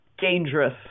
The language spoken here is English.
dangerous